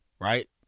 right